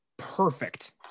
perfect